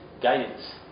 guidance